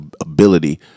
ability